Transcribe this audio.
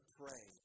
pray